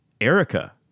erica